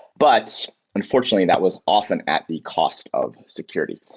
but unfortunately, that was often at the cost of security.